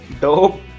dope